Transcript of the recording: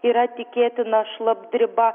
yra tikėtina šlapdriba